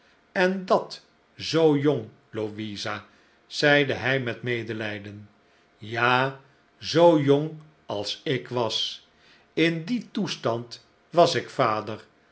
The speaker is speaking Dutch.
en dat zoo jong louisa zeide hij met medelijden ja zoo jong als ik was in dien toestand was ik vader